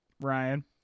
Ryan